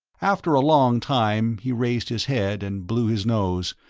after a long time he raised his head and blew his nose,